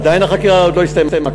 עדיין החקירה לא הסתיימה,